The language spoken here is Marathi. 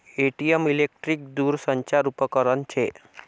ए.टी.एम इलेकट्रिक दूरसंचार उपकरन शे